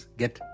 get